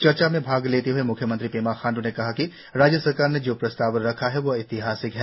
चर्चा में भाग लेते हए म्ख्यमंत्री पेमा खांडू ने कहा कि राज्य सरकार ने जो प्रस्ताव रखा है वह ऐतिहासिक है